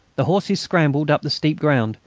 the horses scrambled up the steep ground,